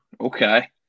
Okay